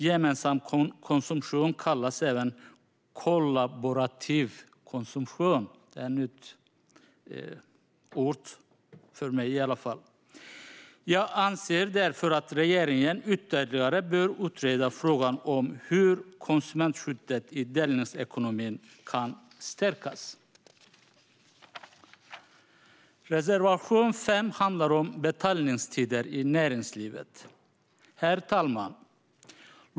Gemensam konsumtion kallas även kollaborativ - ett nytt ord för mig i alla fall. Jag anser därför att regeringen ytterligare bör utreda frågan om hur konsumentskyddet i delningsekonomin kan stärkas. Reservation 5 handlar om betaltider i näringslivet. Herr talman!